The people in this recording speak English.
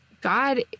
God